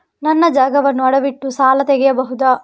ನನ್ನ ಜಾಗವನ್ನು ಅಡವಿಟ್ಟು ಸಾಲ ತೆಗೆಯಬಹುದ?